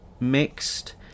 mixed